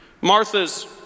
Martha's